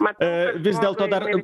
vis dėlto dar